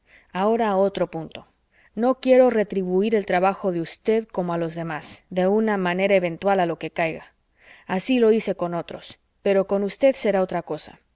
ahora a otro punto no quiero retribuir el trabajo de usted como a los demás de una manera eventual a lo que caiga así lo hice con otros pero con usted será otra cosa